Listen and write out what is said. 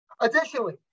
Additionally